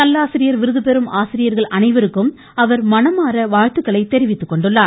நல்லாசிரியர் விருது பெறும் ஆசிரியர்கள் அனைவருக்கும் அவர் மனமாற வாழ்த்துக்களை தெரிவித்துகொண்டுள்ளார்